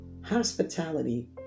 Hospitality